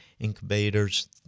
Incubators